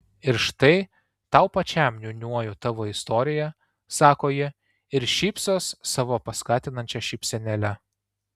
ir štai tau pačiam niūniuoju tavo istoriją sako ji ir šypsos savo paskatinančia šypsenėle